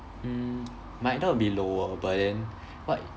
mm might not be lower but then what if